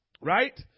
Right